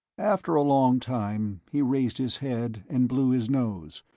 after a long time he raised his head and blew his nose,